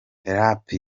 rape